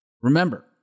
Remember